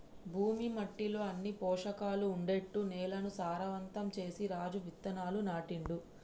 భూమి మట్టిలో అన్ని పోషకాలు ఉండేట్టు నేలను సారవంతం చేసి రాజు విత్తనాలు నాటిండు